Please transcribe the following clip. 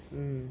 mm